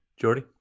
Jordy